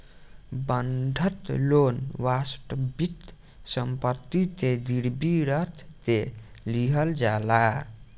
बंधक लोन वास्तविक सम्पति के गिरवी रख के लिहल जाला